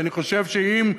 אני חושב שאם,